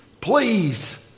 please